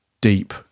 deep